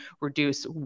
reduce